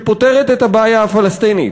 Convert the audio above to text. שפותרת את הבעיה הפלסטינית,